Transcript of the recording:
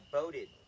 voted